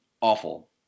awful